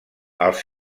els